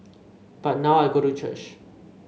but now I go to church